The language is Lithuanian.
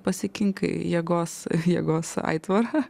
pasikinkai jėgos jėgos aitvarą